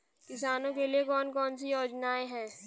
किसानों के लिए कौन कौन सी योजनाएं हैं?